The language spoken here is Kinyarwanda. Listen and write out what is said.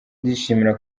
ndishimira